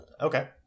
Okay